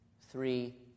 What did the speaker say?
three